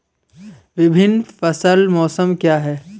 विभिन्न फसल मौसम क्या हैं?